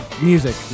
music